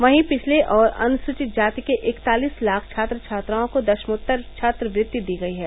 वही पिछले और अनुसूवित जाति के इकतालीस लाख छात्र छात्राओं को दशमोतर छात्रवृत्ति दी गई है